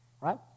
right